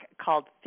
called